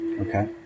Okay